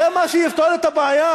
זה מה שיפתור את הבעיה?